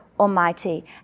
Almighty